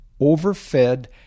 overfed